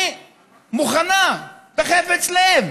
אני מוכנה בחפץ לב